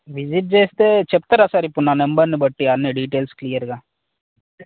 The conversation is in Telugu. విజిట్ చేస్తే చెప్తారా సార్ ఇప్పుడు నా నెంబర్ని బట్టి అన్ని డీటెయిల్స్ క్లియర్గా